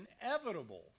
inevitable